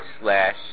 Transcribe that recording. slash